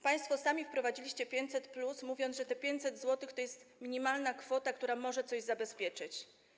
Państwo sami wprowadziliście 500+, mówiąc, że 500 zł to jest minimalna kwota, która może coś zabezpieczyć.